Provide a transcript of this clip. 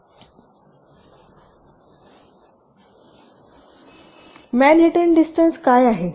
Manhattan distance काय आहे